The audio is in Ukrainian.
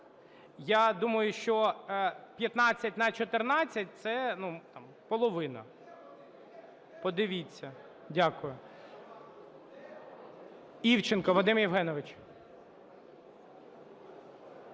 Я думаю, що 15 на 14 – це там половина. Подивіться, дякую. Івченко Вадим Євгенович.